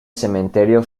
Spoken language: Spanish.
cementerio